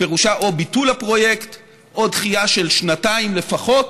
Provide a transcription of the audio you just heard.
פירושה או ביטול הפרויקט או דחייה של שנתיים לפחות.